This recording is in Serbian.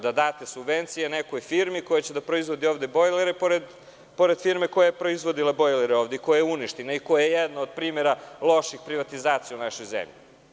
Date su subvencije nekoj firmi koja će da proizvodi bojlere pored firme koja je proizvodila bojlere i koja je uništena i koja je jedan od primera loših provatizacija u našoj zemlji.